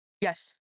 Yes